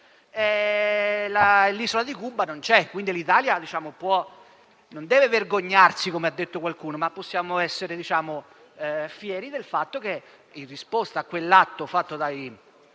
l'isola di Cuba non c'è. Quindi l'Italia non deve vergognarsi, come ha detto qualcuno, ma deve essere fiera del fatto che, in risposta a quell'atto fatto dai